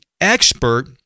expert